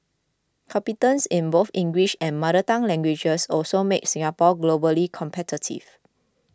competence in both English and mother tongue languages also makes Singapore globally competitive